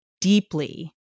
deeply